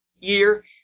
year